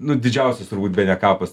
nu didžiausias turbūt bene kapas